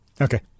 Okay